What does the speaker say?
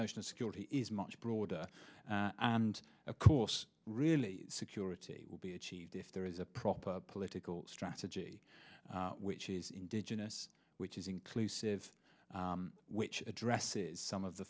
national security is much broader and of course really security will be achieved if there is a proper political strategy which is indigenous which is inclusive which addresses some of the